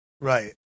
right